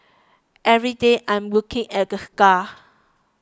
every day I'm looking at the scar